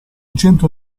centro